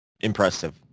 impressive